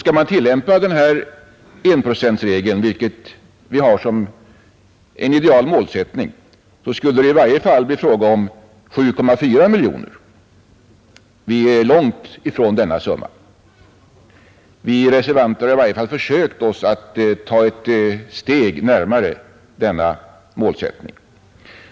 Skall man tillämpa enprocentsregeln, vilken vi har som en idealisk målsättning, skulle det i varje fall bli fråga om 7,4 miljoner kronor. Vi är långt ifrån denna summa. Vi reservanter har i varje fall försökt ta ett steg närmare denna målsättning.